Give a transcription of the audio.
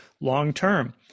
long-term